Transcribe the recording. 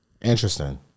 Interesting